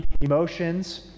emotions